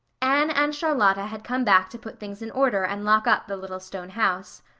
anne and charlotta had come back to put things in order and lock up the little stone house.